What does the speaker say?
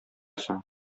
соң